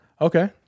Okay